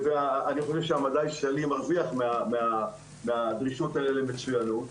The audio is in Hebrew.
ואני חושב שהמדע הישראלי מרוויח מהדרישות האלה למצויינות.